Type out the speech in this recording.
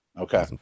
okay